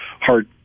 hard